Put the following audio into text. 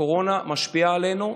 הקורונה משפיעה עלינו,